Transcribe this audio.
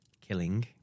killing